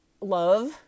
love